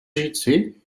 říci